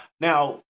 now